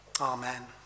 Amen